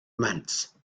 mans